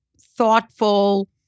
thoughtful